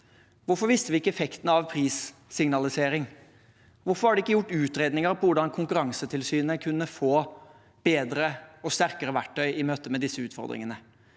Hvorfor visste vi ikke effekten av prissignalisering? Hvorfor var det ikke gjort utredninger av hvordan Konkurransetilsynet kunne få bedre og sterkere verktøy i møte med disse utfordringene?